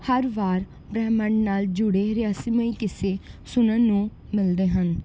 ਹਰ ਵਾਰ ਬ੍ਰਹਿਮੰਡ ਨਾਲ ਜੁੜੇ ਰਹੱਸਮਈ ਕਿੱਸੇ ਸੁਣਨ ਨੂੰ ਮਿਲਦੇ ਹਨ